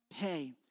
pay